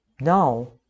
Now